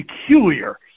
peculiar